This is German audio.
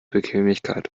bequemlichkeit